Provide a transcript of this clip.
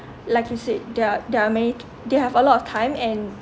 like you said there are there are many they have a lot of time and